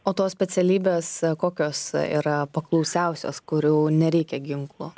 o tos specialybės kokios yra paklausiausios kur jau nereikia ginklo